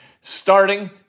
starting